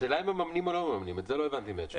השאלה אם ממנים או לא ממנים את זה עוד לא הבנתי מהתשובה שלך.